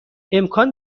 امکان